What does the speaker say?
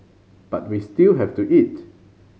but we still have to eat